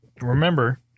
remember